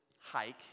hike